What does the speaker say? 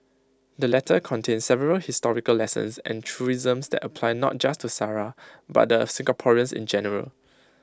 the letter contains several historical lessons and truisms that apply not just to Sara but Singaporeans in general